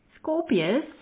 Scorpius